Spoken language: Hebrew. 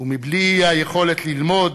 ובלי היכולת ללמוד